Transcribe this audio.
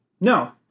no